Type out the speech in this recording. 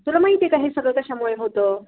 तुला माहिती आहे का हे सगळं कशामुळे होतं